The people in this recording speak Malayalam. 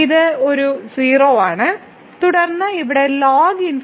ഇത് ഒരു 0 ആണ് തുടർന്ന് ഇവിടെ ln ∞